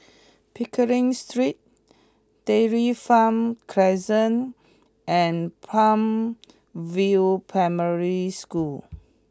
Pickering Street Dairy Farm Crescent and Palm View Primary School